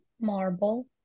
marble